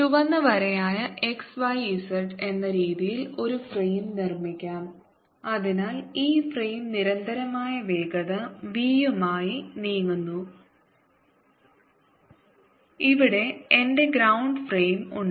ചുവന്ന വരയായ x y z എന്ന രീതിയിൽ ഒരു ഫ്രെയിം നിർമ്മിക്കാം അതിനാൽ ഈ ഫ്രെയിം നിരന്തരമായ വേഗത v യുമായി നീങ്ങുന്നു ഇവിടെ എന്റെ ഗ്രൌണ്ട് ഫ്രെയിം ഉണ്ട്